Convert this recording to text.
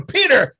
Peter